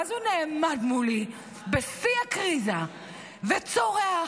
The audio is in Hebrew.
ואז הוא נעמד מולי בשיא הקריזה וצורח: